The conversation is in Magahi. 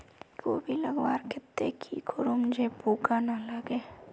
कोबी लगवार केते की करूम जे पूका ना लागे?